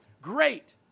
Great